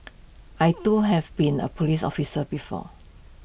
I too have been A Police officer before